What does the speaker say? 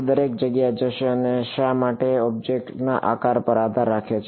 તે દરેક જગ્યાએ જશે અને શા માટે ઓબ્જેક્ટના આકાર પર આધાર રાખે છે